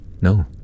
No